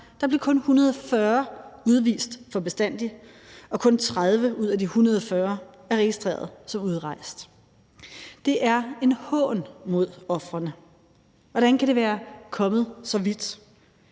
blev kun 140 udvist for bestandig, og kun 30 ud af de 140 er registreret som udrejst. Det er en hån mod ofrene. Hvordan kan det være kommet så vidt?